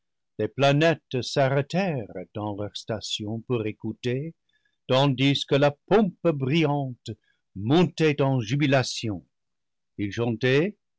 les planètes s'arrêtèrent dans leur station pour écouter tandis que la pompe brillante montait en jubilation ils chantaient